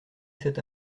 cet